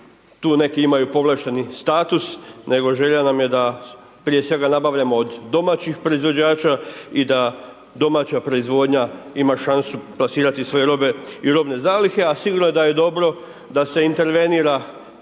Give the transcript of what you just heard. tu neki imaju povlašteni status, nego želja nam je da prije svega nabavljamo od domaćih proizvođača i da domaća proizvodnja ima šansu plasirati svoje robe i robne zalihe, a sigurno da je dobro, da se intervenira